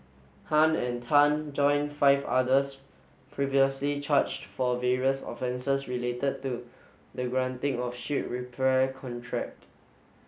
Han and Tan join five others previously charged for various offences related to the granting of ship repair contract